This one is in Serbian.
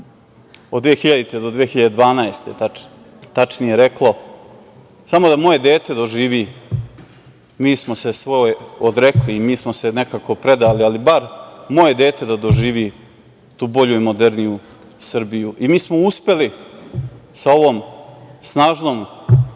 od 2000. do 2012. godine, reklo - samo da moje dete doživi, mi smo svoje odrekli i mi smo se nekako predali, ali bar moje dete da doživi tu bolju i moderniju Srbiju. Mi smo uspeli sa ovom snažnom